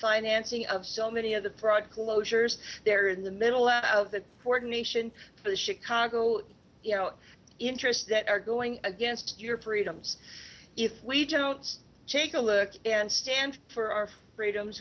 financing of so many of the prague closure years there in the middle of the coordination of the chicago you know interests that are going against your freedoms if we don't take a look and stand for our freedoms